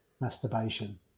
Masturbation